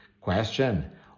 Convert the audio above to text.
Question